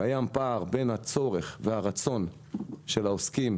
קיים פער בין הצורך והרצון של העוסקים